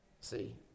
See